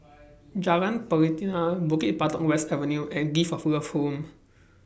Jalan Pelatina Bukit Batok West Avenue and Gift of Love Home